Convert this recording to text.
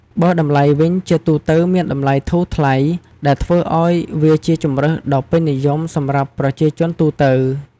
បើតម្លៃវិញ ជាទូទៅមានតម្លៃធូរថ្លៃ ដែលធ្វើឲ្យវាជាជម្រើសដ៏ពេញនិយមសម្រាប់ប្រជាជនទូទៅ។